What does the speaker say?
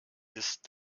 ist